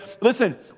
Listen